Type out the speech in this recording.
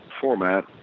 format